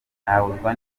nabuzwa